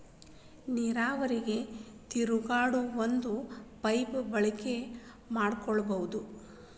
ನೇರಾವರಿಗೆ ತಿರುಗಾಡು ಒಂದ ಪೈಪ ಬಳಕೆ ಮಾಡಕೊಳುದು